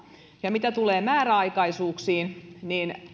ja mitä tulee määräaikaisuuksiin niin